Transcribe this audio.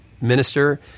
minister